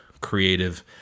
creative